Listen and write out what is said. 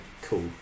Cool